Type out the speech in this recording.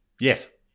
yes